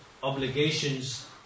obligations